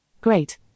Great